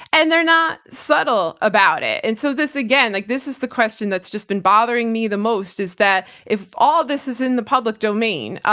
and they're not subtle about it. and so, this again, like this is the question that's just been bothering me the most, is that if all this is in the public domain, ah